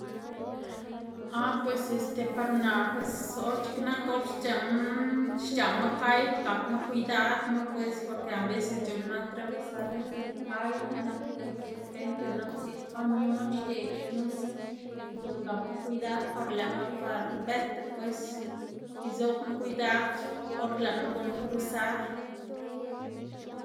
ah pues este par naꞌ pues or x̱iꞌk nak or xc̲h̲aꞌma, xc̲h̲aꞌma kay gapma kwidadma pues porque aveces c̲h̲uꞌnnma atravesar este kay, nap de repente nap ziꞌd kamion xded xnuse y guꞌn gapma kwidad par lëꞌma par bëta pues izobma kwidad or lëꞌma guꞌnn cruzar.